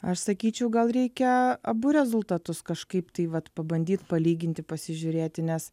aš sakyčiau gal reikia abu rezultatus kažkaip tai vat pabandyt palyginti pasižiūrėti nes